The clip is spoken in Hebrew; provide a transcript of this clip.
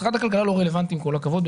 משרד הכלכלה לא רלוונטי, עם כל הכבוד לו.